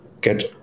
get